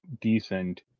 decent